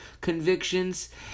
convictions